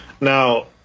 Now